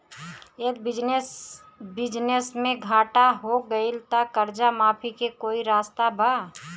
यदि बिजनेस मे घाटा हो गएल त कर्जा माफी के कोई रास्ता बा?